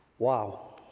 Wow